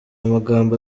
magambo